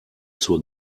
zur